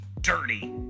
dirty